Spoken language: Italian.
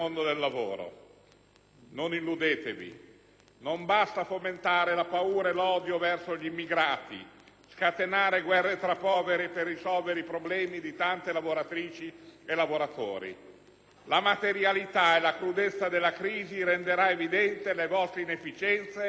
Non illudetevi, non basta fomentare la paura e l'odio verso gli immigrati, scatenare guerre tra poveri, per risolvere i problemi di tante lavoratrici e lavoratori. La materialità e la crudezza della crisi renderanno evidenti le vostre inefficienze e i vostri errori.